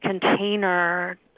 container